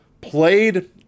played